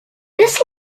this